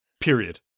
Period